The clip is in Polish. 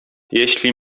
jeśli